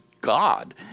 God